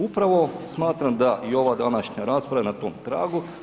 Upravo smatram da i ova današnja rasprava je na tom tragu.